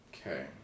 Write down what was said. Okay